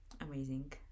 amazing